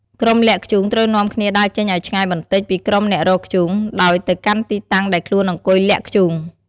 ក្រុមលាក់ធ្យូងត្រូវនាំគ្នា ដើរចេញឲ្យឆ្ងាយបន្តិច ពីក្រុមអ្នករកធ្យូង ដោយទៅកាន់ទីតាំងដែលខ្លួនអង្គុយលាក់ធ្យូង។